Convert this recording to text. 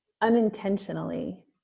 unintentionally